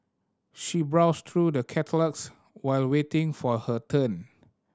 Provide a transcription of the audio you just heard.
she browsed through the catalogues while waiting for her turn